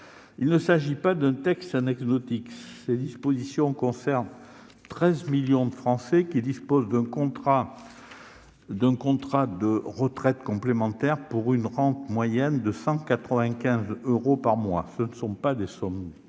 Il ne s'agit pas d'un texte anecdotique : ces dispositions concernent 13 millions de Français qui disposent d'un contrat d'épargne retraite complémentaire, ouvrant droit à une rente moyenne de 195 euros par mois. Ce ne sont pas des sommes